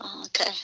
Okay